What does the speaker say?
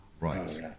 Right